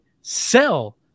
sell